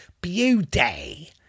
beauty